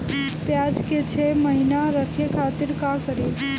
प्याज के छह महीना रखे खातिर का करी?